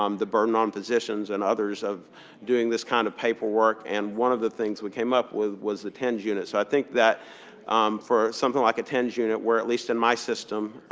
um the burden on physicians and others of doing this kind of paperwork. and one of the things we came up with was the tens unit. so i think that for something like a tens unit where at least in my system,